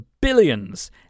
billions